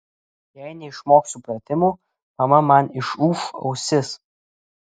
jei neišmoksiu pratimų mama man išūš ausis